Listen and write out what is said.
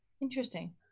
Interesting